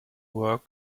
work